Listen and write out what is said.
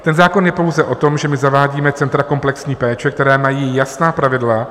Ten zákon je pouze o tom, že my zavádíme centra komplexní péče, která mají jasná pravidla.